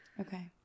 Okay